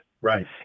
right